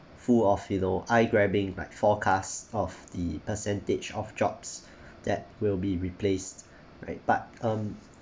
full of you know eye grabbing might forecast of the percentage of jobs that will be replaced right but um